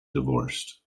divorced